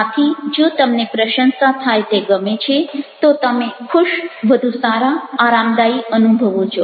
આથી જો તમને પ્રશંસા થાય તે ગમે છે તો તમે ખુશ વધુ સારા આરામદાયી અનુભવો છો